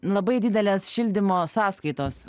labai didelės šildymo sąskaitos